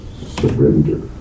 Surrender